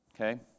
okay